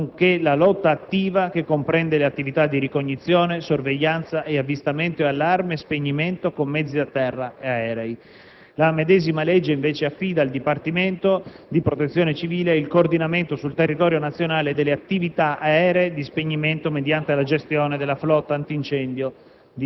nonché la lotta attiva che comprende le attività di ricognizione, sorveglianza, avvistamento, allarme e spegnimento con mezzi a terra e aerei. La medesima legge invece affida al Dipartimento di protezione civile il coordinamento sul territorio nazionale delle attività aeree di spegnimento mediante la gestione della flotta antincendio